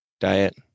diet